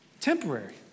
temporary